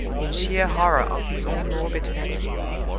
in sheer horror of his own morbid fancy,